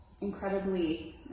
incredibly